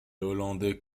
hollandais